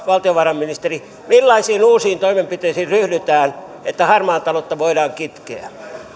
valtiovarainministeri millaisiin uusiin toimenpiteisiin ryhdytään että harmaata taloutta voidaan kitkeä